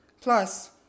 Plus